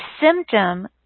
symptom